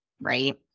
right